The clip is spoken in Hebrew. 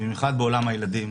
במיוחד בעולם הילדים,